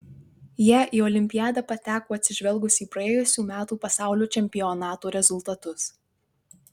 jie į olimpiadą pateko atsižvelgus į praėjusių metų pasaulio čempionato rezultatus